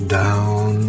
down